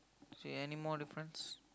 see anymore difference